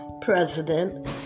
president